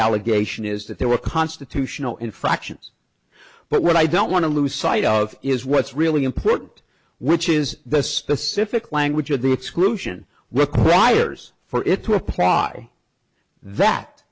allegation is that there were constitutional infractions but what i don't want to lose sight of is what's really important which is the specific language of the exclusion what briars for it to apply that